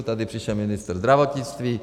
Tady přišel ministr zdravotnictví.